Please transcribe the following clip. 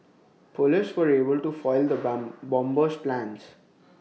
Police were able to foil the bump bomber's plans